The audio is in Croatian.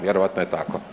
Vjerovatno je tako.